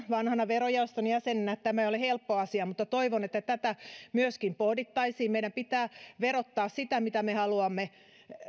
vanhana verojaoston jäsenenä että tämä ei ole helppo asia mutta toivon että myöskin tätä pohdittaisiin meidän pitää verottaa sitä mitä me haluamme